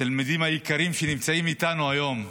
התלמידים היקרים שנמצאים איתנו היום,